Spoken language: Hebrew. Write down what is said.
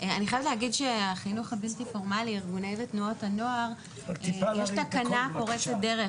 אני חייבת להגיד שבחינוך הבלתי פורמלי יש תקנה פורצת דרך